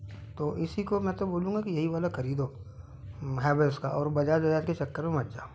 तो इसी को मैं तो बोलूंगा कि यही वाला खरीदो हैवेल्स का और बजाज बजाज के चक्कर में मत जाओ